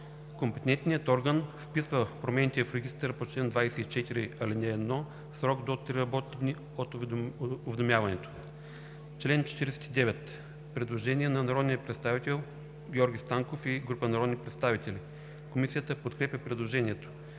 Компетентният орган вписва промените в регистъра по чл. 24, ал. 1 в срок до три работни дни от уведомяването.“ По чл. 49 има предложение на народния представител Георги Станков и група народни представители. Комисията подкрепя по принцип